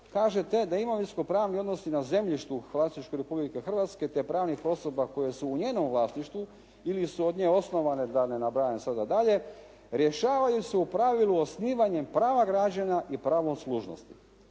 kažete da imovinskopravni odnosi na zemljištu u vlasništvu Republike Hrvatske te pravnih osoba koje su u njenom vlasništvu ili su od nje osnovane, da ne nabrajam sada dalje, rješavaju se u pravilu osnivanjem prava građana i pravom služnosti.